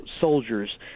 soldiers